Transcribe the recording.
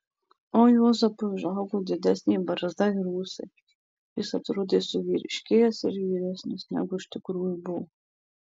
o juozapui užaugo didesnė barzda ir ūsai jis atrodė suvyriškėjęs ir vyresnis negu iš tikrųjų buvo